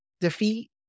defeat